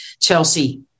Chelsea